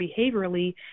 behaviorally